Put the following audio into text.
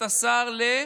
אתה השר ל-?